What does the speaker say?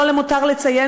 לא למותר לציין,